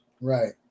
Right